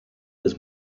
his